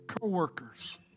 co-workers